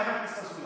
חבר הכנסת אזולאי.